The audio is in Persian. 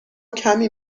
کمی